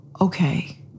okay